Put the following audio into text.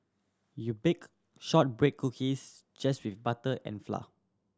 you bake shortbread cookies just with butter and flour